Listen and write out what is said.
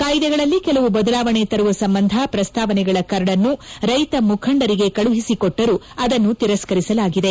ಕಾಯ್ದೆಗಳಲ್ಲಿ ಕೆಲವು ಬದಲಾವಣೆ ತರುವ ಸಂಬಂಧ ಪ್ರಸ್ತಾವನೆಗಳ ಕರಡನ್ನು ರೈತ ಮುಖಂಡರಿಗೆ ಕಳುಹಿಸಿಕೊಟ್ಟರೂ ಅದನ್ನು ತಿರಸ್ತರಿಸಲಾಗಿದೆ